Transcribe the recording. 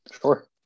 Sure